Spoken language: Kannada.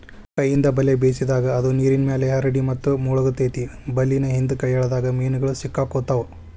ಕೈಯಿಂದ ಬಲೆ ಬೇಸಿದಾಗ, ಅದು ನೇರಿನ್ಮ್ಯಾಲೆ ಹರಡಿ ಮತ್ತು ಮುಳಗತೆತಿ ಬಲೇನ ಹಿಂದ್ಕ ಎಳದಾಗ ಮೇನುಗಳು ಸಿಕ್ಕಾಕೊತಾವ